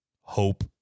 hope